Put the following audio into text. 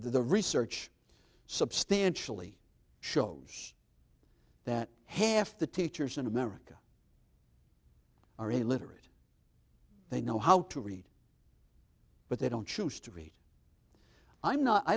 the research substantially shows that half the teachers in america are illiterate they know how to read but they don't choose to read i'm not i